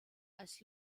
als